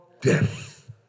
death